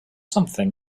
something